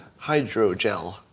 hydrogel